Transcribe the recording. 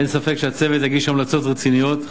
אין ספק שהצוות יגיש המלצות רציניות,